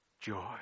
joy